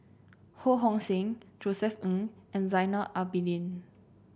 Ho Hong Sing Josef Ng and Zainal Abidin